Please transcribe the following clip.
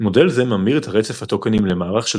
מודול זה ממיר את רצף הטוקנים למערך של